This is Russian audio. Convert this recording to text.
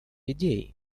идеи